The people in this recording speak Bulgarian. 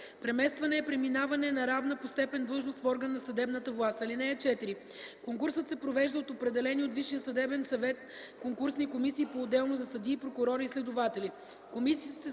Преместване е преминаване на равна по степен длъжност в орган на съдебната власт. (4) Конкурсът се провежда от определени от Висшия съдебен съвет конкурсни комисии поотделно за съдии, прокурори и следователи.